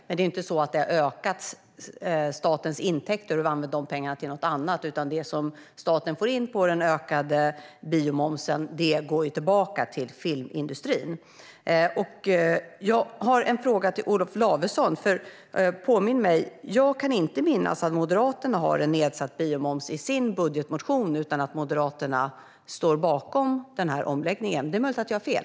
Men det är inte så att statens intäkter har ökat och att vi har använt de pengarna till något annat, utan det som staten får in på den ökade biomomsen går tillbaka till filmindustrin. Jag har en fråga till Olof Lavesson. Påminn mig! Jag kan inte minnas att Moderaterna har en nedsatt biomoms i sin budgetmotion, utan Moderaterna står bakom denna omläggning. Det är möjligt att jag har fel.